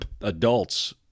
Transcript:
adults